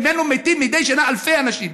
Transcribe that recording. ממנו מתים מדי שנה אלפי אנשים.